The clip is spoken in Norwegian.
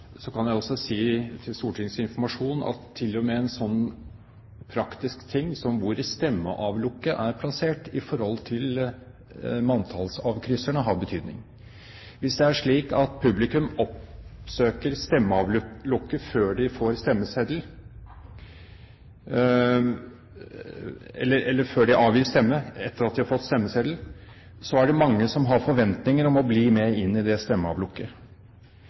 en sånn praktisk ting som hvor stemmeavlukket er plassert i forhold til manntallsavkrysserne, har betydning. Hvis det er slik at publikum etter at de har fått stemmeseddel, oppsøker stemmeavlukket før de avgir stemme, er det mange som har forventninger om å bli med inn i det stemmeavlukket.